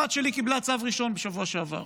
הבת שלי קיבלה צו ראשון בשבוע שעבר.